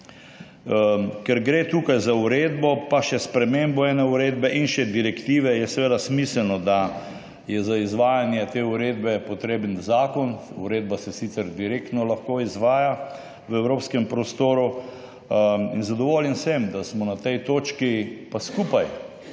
Ker gre tukaj za uredbo pa še spremembo ene uredbe in še direktive, je seveda smiselno, da je za izvajanje te uredbe potreben zakon. Uredba se sicer lahko direktno izvaja v evropskem prostoru. Zadovoljen sem, da smo na tej točki skupaj,